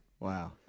Wow